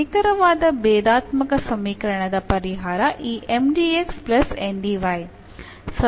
ನಿಖರವಾದ ಭೇದಾತ್ಮಕ ಸಮೀಕರಣದ ಪರಿಹಾರ ಈ